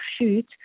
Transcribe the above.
shoot